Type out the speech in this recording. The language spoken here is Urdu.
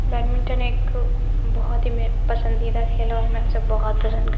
بیڈمنٹن ایک بہت ہی پسندیدہ کھیل اور میں اسے بہت پسند کر